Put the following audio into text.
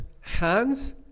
hands